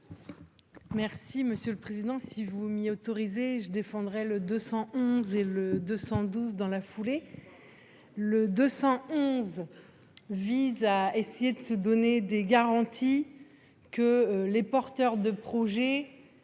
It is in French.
Merci monsieur le président. Si vous m'y autorisez, je défendrai le 211 et le 212 dans la foulée. Le 211. Vise à essayer de se donner des garanties que les porteurs de projet.